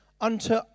unto